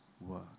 work